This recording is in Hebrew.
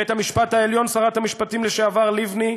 בית המשפט העליון, שרת המשפטים לשעבר לבני,